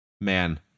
man